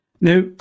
Now